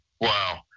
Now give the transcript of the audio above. wow